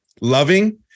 loving